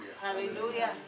Hallelujah